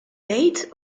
żejt